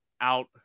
out